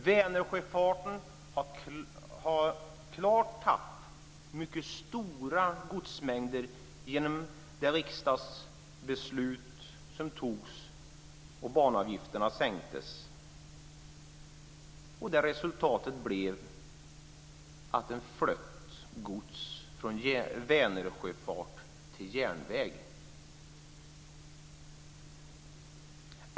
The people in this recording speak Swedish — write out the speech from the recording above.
Vänersjöfarten har klart tappat mycket stora godsmängder genom det riksdagsbeslut som fattades om att sänka banavgifterna.